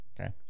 Okay